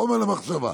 חומר למחשבה.